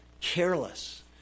careless